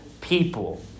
people